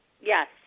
Yes